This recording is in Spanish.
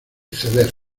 ceder